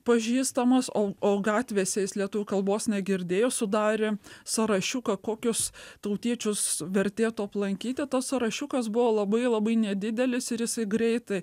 pažįstamas o o gatvėse jis lietuvių kalbos negirdėjo sudarė sąrašiuką kokios tautiečius vertėtų aplankyti tas sąrašiukas buvo labai labai nedidelis ir jisai greitai